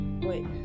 wait